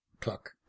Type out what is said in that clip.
cluck